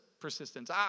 persistence